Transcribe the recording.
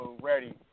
ready